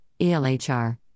ELHR